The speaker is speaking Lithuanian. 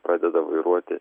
pradeda vairuoti